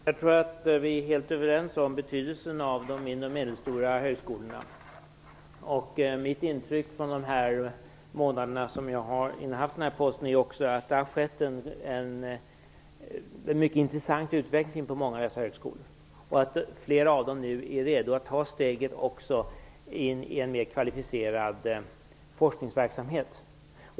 Herr talman! Jag tror att vi är helt överens om betydelsen av de mindre och medelstora högskolorna. Mitt intryck från de månader som jag har innehaft den här posten är att det har skett en mycket intressant utveckling på många av dessa högskolor. Flera av dem är också redo att ta steget in i en mer kvalificerad forskningsverksamhet.